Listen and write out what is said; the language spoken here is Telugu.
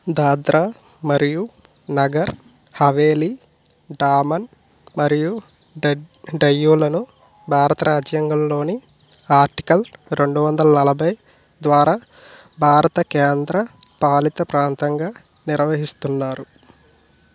దాద్రా మరియు నగర్ హవేలీ డామన్ మరియు డయ్యూలను భారత రాజ్యాంగంలోని ఆర్టికల్ రెండు వందల నలభై ద్వారా భారత కేంద్రపాలిత ప్రాంతంగా నిర్వహిస్తున్నారు